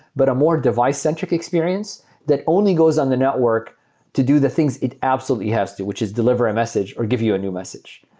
but a more device-centric experience that only goes on the network to do the things it absolutely has to, which is deliver a message or give you a new message.